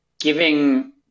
giving